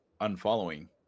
unfollowing